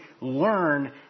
learn